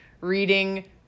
reading